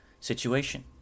situation